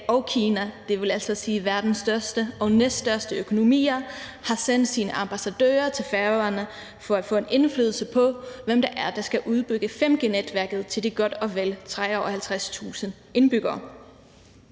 og Kina – det vil altså sige verdens største og næststørste økonomier – har sendt deres ambassadør til Færøerne for at få indflydelse på, hvem det er, der skal udbygge 5G-netværket til de godt og vel 53.000 indbyggere.